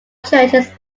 churches